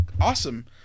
awesome